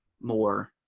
more